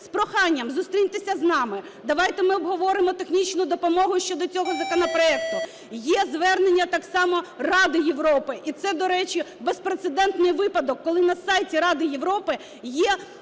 з проханням: зустріньтеся з нами, давайте ми обговоримо технічну допомогу щодо цього законопроекту. Є звернення, так само, Ради Європи, і це, до речі, безпрецедентний випадок, коли на сайті Ради Європи є